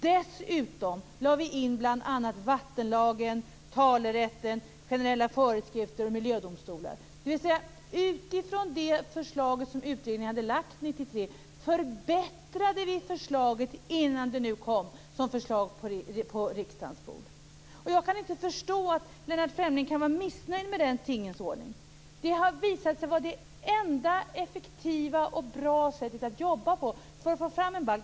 Dessutom lade vi in bl.a. vattenlagen, talerätten, generella föreskrifter och miljödomstolar. Utifrån det förslag som utredningen hade lagt fram 1993 förbättrade vi alltså förslaget innan det nu kom som förslag på riksdagens bord. Jag kan inte förstå att Lennart Fremling kan vara missnöjd med denna tingens ordning. Det har visat sig vara det enda effektiva och bra sättet att jobba på för att få fram en balk.